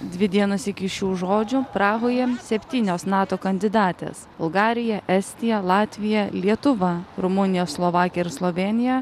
dvi dienos iki šių žodžių prahoje septynios nato kandidatės bulgarija estija latvija lietuva rumunija slovakija ir slovėnija